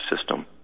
system